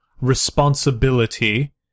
responsibility